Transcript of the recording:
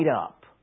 up